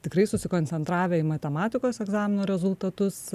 tikrai susikoncentravę į matematikos egzamino rezultatus